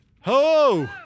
ho